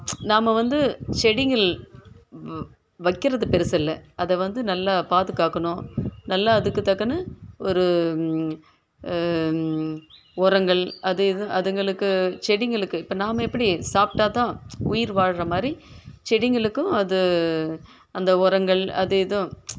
நாம வந்து செடிங்கள் வக்கிறது பெருசு இல்லை அதை வந்து நல்லா பாதுகாக்கணும் நல்லா அதுக்குத்தக்கன்னு ஒரு உரங்கள் அது இது அதுங்களுக்கு செடிங்களுக்கு இப்போ நாம எப்படி சாப்பிட்டா தான் உயிர் வாழ்கிற மாதிரி செடிங்களுக்கும் அது அந்த உரங்கள் அது இதுவும்